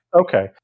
Okay